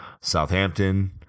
Southampton